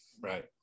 Right